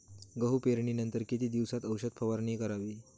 गहू पेरणीनंतर किती दिवसात औषध फवारणी करावी?